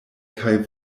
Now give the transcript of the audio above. kaj